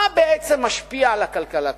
מה בעצם משפיע על הכלכלה כולה,